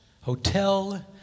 Hotel